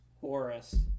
Horus